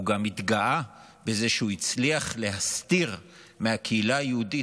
הוא גם התגאה בזה שהוא הצליח להסתיר מהקהילה היהודית